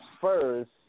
first